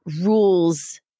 rules